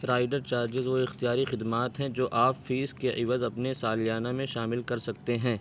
rider charges وہ اختیاری خدمات ہیں جو آپ فیس کے عوض اپنے سالیانہ میں شامل کر سکتے ہیں